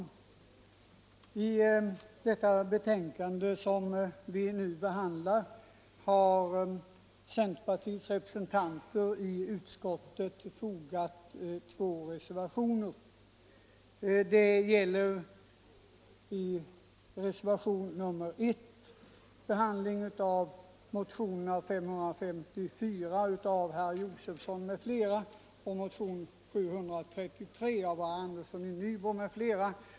Till det betänkande som vi nu behandlar har centerpartiets representanter i utskottet fogat två reservationer med anledning av motionerna 554 av herr Josefson m.fl. och 733 av herr Andersson i Nybro m.fl.